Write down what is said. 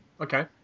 okay